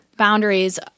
Boundaries